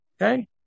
Okay